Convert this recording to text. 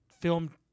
film